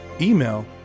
Email